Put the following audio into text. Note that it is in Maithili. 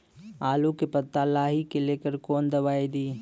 आलू के पत्ता लाही के लेकर कौन दवाई दी?